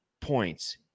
points